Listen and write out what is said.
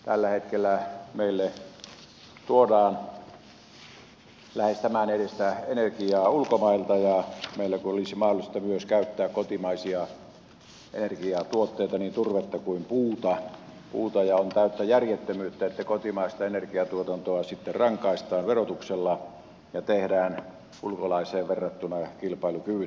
tällä hetkellä meille tuodaan lähes tämän edestä energiaa ulkomailta kun meillä olisi mahdollista myös käyttää kotimaisia energiatuotteita niin turvetta kuin puuta ja on täyttä järjettömyyttä että kotimaista energiantuotantoa sitten rankaistaan verotuksella ja tehdään ulkolaiseen verrattuna kilpailukyvyttömäksi